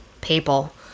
people